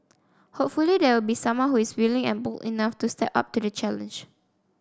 hopefully there will be someone who is willing and bold enough to step up to the challenge